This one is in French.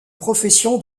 profession